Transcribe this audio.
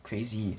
crazy